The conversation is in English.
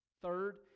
Third